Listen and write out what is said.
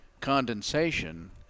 condensation